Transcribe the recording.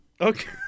Okay